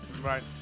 Right